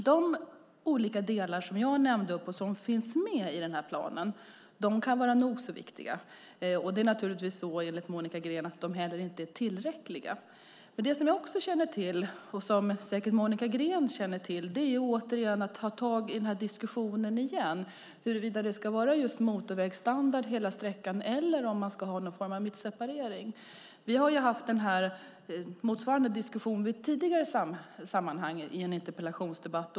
De olika delar som jag nämnde och som finns med i den här planen kan vara nog så viktiga, men det är naturligtvis så att de enligt Monica Green inte heller är tillräckliga. Jag känner också till, och det gör säkert Monica Green också, att man måste ta tag i den här diskussionen igen om det ska vara just motorvägsstandard hela sträckan eller om det ska vara någon form av mittseparering. Vi har haft motsvarande diskussion i en tidigare interpellationsdebatt.